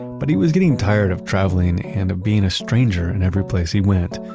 but he was getting tired of traveling and of being a stranger in every place he went.